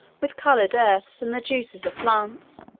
with coloured earths and the juices of plants.